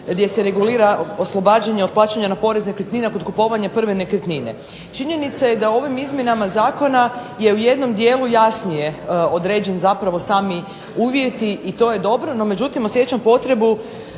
gdje se regulira oslobađanje od plaćanja poreza nekretnina kod kupovanja prve nekretnine. Činjenica je da ovim izmjenama Zakona je u ovom dijelu jasnije su određeni sami uvjeti i to je dobro, no, međutim, osjećam potrebu